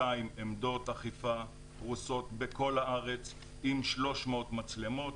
עמדות אכיפה פרוסות בכל הארץ עם 300 מצלמות.